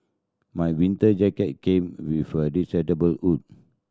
my winter jacket came with a detachable hood